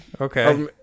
okay